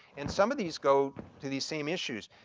and some of these go to these same issues,